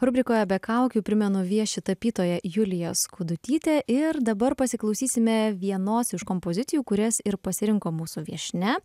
rubrikoje be kaukių primenu vieši tapytoja julija skudutytė ir dabar pasiklausysime vienos iš kompozicijų kurias ir pasirinko mūsų viešnia